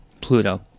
Pluto